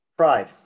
Pride